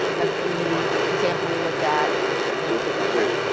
that's the example we looked at more of the picture.